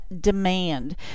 Demand